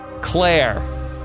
Claire